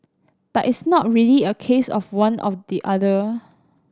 but it's not really a case of one of the other